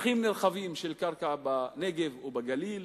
שטחים נרחבים של קרקע בנגב או בגליל.